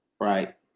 right